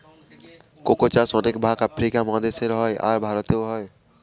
cocoa চাষ অনেক ভাগ আফ্রিকা মহাদেশে হয়, আর ভারতেও হয়